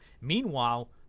Meanwhile